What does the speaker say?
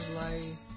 light